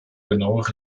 genaue